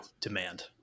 demand